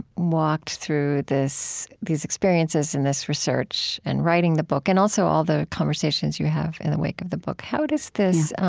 walked through these experiences and this research and writing the book, and also all the conversations you have in the wake of the book, how does this